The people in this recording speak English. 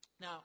now